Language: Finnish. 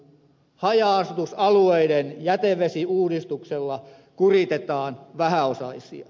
haja asutusalueiden jätevesiuudistuksella kuritetaan vähäosaisia